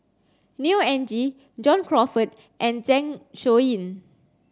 Neo Anngee John Crawfurd and Zeng Shouyin